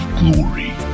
glory